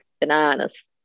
bananas